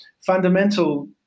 fundamental